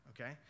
okay